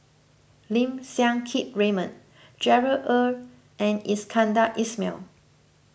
Lim Siang Keat Raymond Gerard Ee and Iskandar Ismail